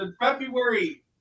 February